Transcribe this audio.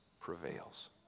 prevails